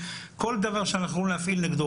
כל דבר שאנחנו יכולים להפעיל נגדו,